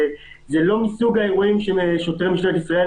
זה לא מסוג האירועים ששוטרי משטרת ישראל